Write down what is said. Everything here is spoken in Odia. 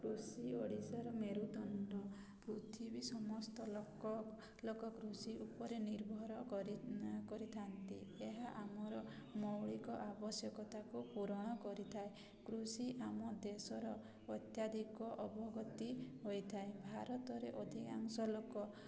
କୃଷି ଓଡ଼ିଶାର ମେରୁଦଣ୍ଡ ପୃଥିବୀ ସମସ୍ତ ଲୋକ ଲୋକ କୃଷି ଉପରେ ନିର୍ଭର କରିଥାନ୍ତି ଏହା ଆମର ମୌଳିକ ଆବଶ୍ୟକତାକୁ ପୂରଣ କରିଥାଏ କୃଷି ଆମ ଦେଶର ଅତ୍ୟାଧିକ ଅବଗତି ହୋଇଥାଏ ଭାରତରେ ଅଧିକାଂଶ ଲୋକ